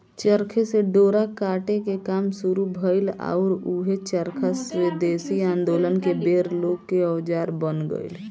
चरखे से डोरा काटे के काम शुरू भईल आउर ऊहे चरखा स्वेदेशी आन्दोलन के बेर लोग के औजार बन गईल